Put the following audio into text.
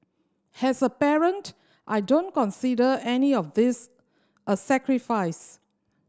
has a parent I don't consider any of this a sacrifice